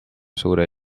suure